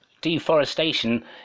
deforestation